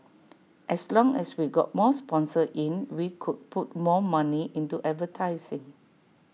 as long as we got more sponsors in we could put more money into advertising